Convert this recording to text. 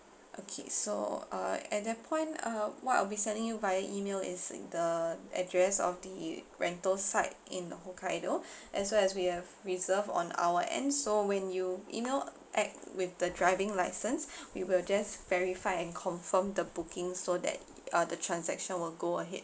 okay so uh at that point uh what I'll be sending you via email is the address of the rental side in hokkaido as well as we have reserved on our end so when you email back with the driving licence we will just verify and confirm the booking so that uh the transaction will go ahead